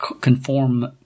conform